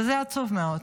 וזה עצוב מאוד.